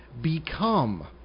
become